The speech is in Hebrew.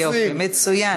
איזה יופי, מצוין.